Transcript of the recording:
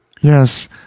Yes